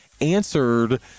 answered